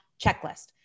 checklist